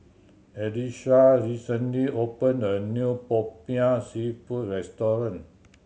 Elisha recently opened a new Popiah Seafood restaurant